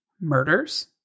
murders